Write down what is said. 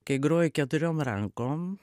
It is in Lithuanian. kai groji keturiom rankom